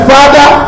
Father